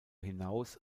hinaus